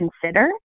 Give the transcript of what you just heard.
consider